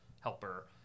helper